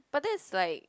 but that's like